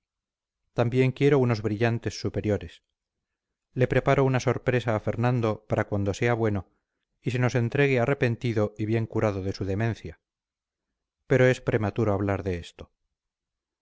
también quiero unos brillantes superiores le preparo una sorpresa a fernando para cuando sea bueno y se nos entregue arrepentido y bien curado de su demencia pero es prematuro hablar de esto